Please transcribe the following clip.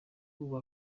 ubu